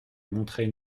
montrer